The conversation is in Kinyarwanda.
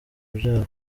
byabo